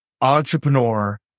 entrepreneur